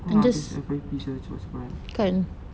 aku nak habis F_Y_P sia cepat-cepat